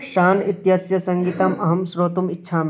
शान् इत्यस्य सङ्गीतम् अहं श्रोतुम् इच्छामि